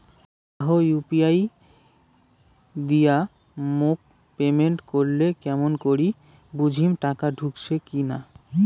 কাহো ইউ.পি.আই দিয়া মোক পেমেন্ট করিলে কেমন করি বুঝিম টাকা ঢুকিসে কি নাই?